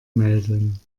melden